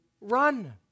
run